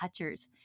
touchers